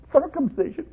circumcision